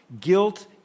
Guilt